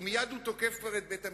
ומייד הוא תוקף את בית-המשפט.